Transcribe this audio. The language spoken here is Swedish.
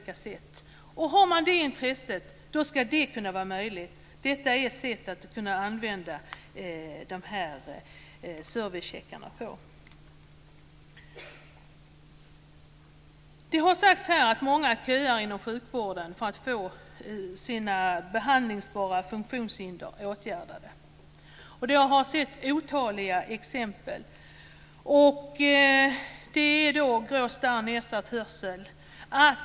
För den som har ett sådant intresse ska det vara möjligt, och det är ett sätt att använda servicecheckarna på. Det har här sagts att många köar inom sjukvården för att få sina behandlingsbara funktionshinder åtgärdade. Jag har sett otaliga exempel på detta. Det gäller i första hand insatser vid nedsatt hörsel.